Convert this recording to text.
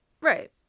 Right